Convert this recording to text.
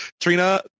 Trina